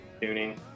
tuning